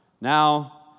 now